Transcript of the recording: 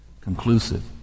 conclusive